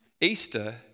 Easter